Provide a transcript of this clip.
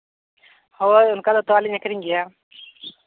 ᱦᱳᱭ ᱚᱱᱠᱟᱫᱚ ᱛᱳᱣᱟ ᱞᱤᱧ ᱟᱹᱠᱷᱨᱤᱧ ᱜᱮᱭᱟ